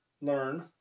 learn